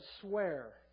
swear